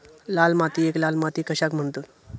लाल मातीयेक लाल माती कशाक म्हणतत?